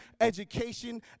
education